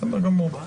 בסדר גמור.